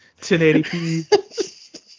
1080p